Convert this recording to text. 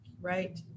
Right